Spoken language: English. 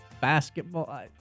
basketball